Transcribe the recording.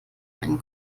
einen